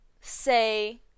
say